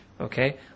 Okay